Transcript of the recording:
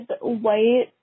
white